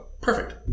perfect